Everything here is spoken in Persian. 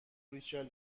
ریچل